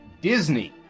Disney